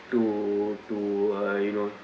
to to uh you know